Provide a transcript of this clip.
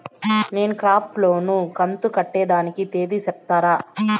నేను crop loan కంతు కట్టేదానికి తేది సెప్తారా?